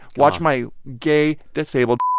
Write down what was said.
watch my gay, disabled.